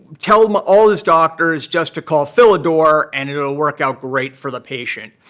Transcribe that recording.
telling all these doctors just to call philidor and it will work out great for the patient.